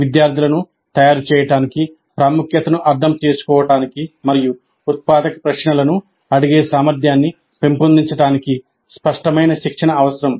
విద్యార్థులను తయారు చేయడానికి ప్రాముఖ్యతను అర్థం చేసుకోవడానికి మరియు ఉత్పాదక ప్రశ్నలను అడిగే సామర్థ్యాన్ని పెంపొందించడానికి స్పష్టమైన శిక్షణ అవసరం